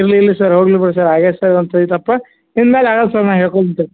ಇರಲಿ ಇರಲಿ ಸರ್ ಹೋಗಲಿ ಬಿಡಿ ಸರ್ ಆಗೈತೆ ಸರ್ ಒಂದು ಸರಿ ತಪ್ಪು ಇನ್ಮೇಲೆ ಆಗೋಲ್ಲ ಸರ್ ನಾನು ಹೇಳ್ಕೊಂತಿನ್